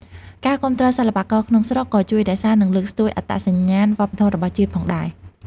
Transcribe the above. ការគាំទ្រសិល្បករក្នុងស្រុកក៏ជួយរក្សា និងលើកស្ទួយអត្តសញ្ញាណវប្បធម៌របស់ជាតិផងដែរ។